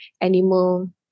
animal